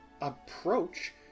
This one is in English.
approach